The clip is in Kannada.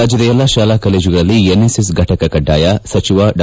ರಾಜ್ವದ ಎಲ್ಲ ಶಾಲಾ ಕಾಲೇಜುಗಳಲ್ಲಿ ಎನ್ಎಸ್ಎಸ್ ಫಟಕ ಕಡ್ಡಾಯ ಸಚಿವ ಡಾ